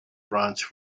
branch